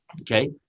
Okay